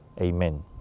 Amen